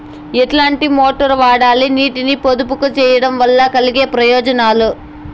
ఎట్లాంటి మోటారు వాడాలి, నీటిని పొదుపు సేయడం వల్ల కలిగే ప్రయోజనాలు?